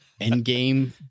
endgame